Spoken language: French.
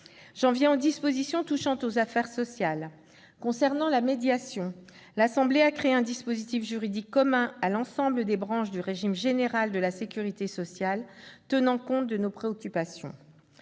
J'en viens aux dispositions touchant aux affaires sociales. En ce qui concerne la médiation, l'Assemblée nationale a créé un dispositif juridique commun à l'ensemble des branches du régime général de la sécurité sociale, tenant compte de nos préoccupations.